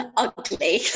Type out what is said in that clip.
ugly